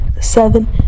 seven